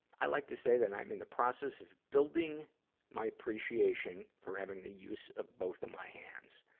i like to say that i'm in the process of building my appreciation for having the use of both of my hands.